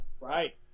Right